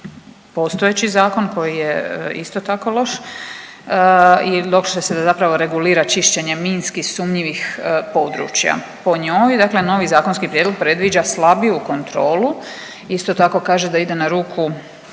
postojeći zakon koji je isto tako loš i loše se zapravo regulira čišćenje minski sumnjivih područja. Po njoj, dakle novi zakonski prijedlog predviđa slabiju kontrolu, isto tako kaže da ide na ruku